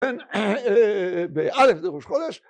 באלף דראש חודש